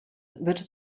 wird